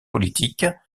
politiques